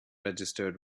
registered